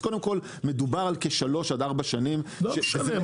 אז קודם כל מדובר על כשלוש עד ארבע שנים ש --- לא משנה,